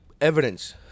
evidence